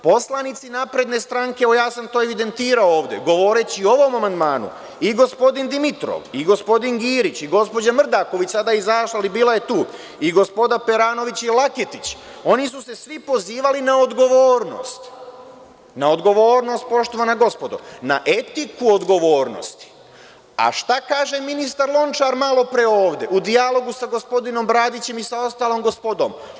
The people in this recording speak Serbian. Poslanici SNS, evo aj sam to evidentirao ovde govoreći o ovom amandmanu i gospodin Dimitrov i gospodin Girić i gospođa Mrdaković, sada izašla, ali bila je tu i gospoda Peranović i Laketić, oni su se svi pozivali na odgovornost, poštovana gospodo, na etiku odgovornosti, a šta kaže ministar Lončar malo pre ovde u dijalogu sa gospodinom Bradićem i sa ostalom gospodom?